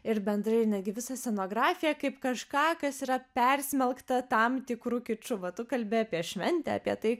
ir bendrai ir netgi visą scenografiją kaip kažką kas yra persmelkta tam tikru kiču va tu kalbi apie šventę apie tai